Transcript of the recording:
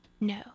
No